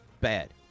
Bad